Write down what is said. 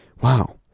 wow